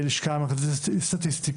בלשכה המרכזית לסטטיסטיקה,